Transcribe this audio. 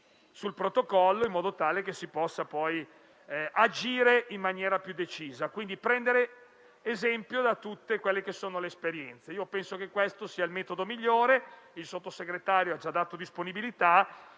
sul protocollo, in modo tale che si possa poi agire in maniera più decisa e, quindi, prendiamo esempio da tutte le esperienze. Io penso che questo sia il metodo migliore. Il Sottosegretario ha già dato disponibilità,